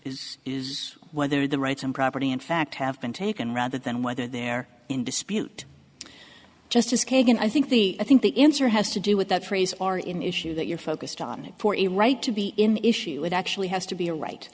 is whether the rights and property in fact have been taken rather than whether they're in dispute justice kagan i think the i think the answer has to do with that phrase are in issue that you're focused on for a right to be in issue it actually has to be a right